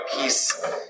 peace